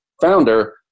founder